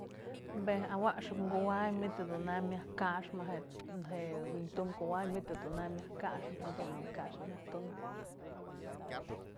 Këj awaxëp kuay manytë jedun jadanam myaj kaxëp wi'intum kuay manytë jadun myaj kaxëp jadun dun kaxtë myaj tunëp.